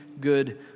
good